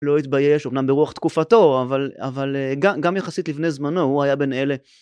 לא התבייש אמנם ברוח תקופתו אבל גם יחסית לבני זמנו הוא היה בין אלה.